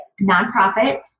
nonprofit